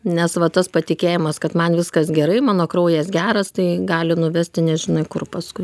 nes va tas patikėjimas kad man viskas gerai mano kraujas geras tai gali nuvesti nežinai kur paskui